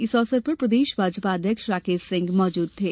इस अवसर पर प्रदेश भाजपा अध्यक्ष राकेश सिंह मौजूद थे